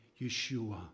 Yeshua